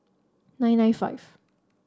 nine nine five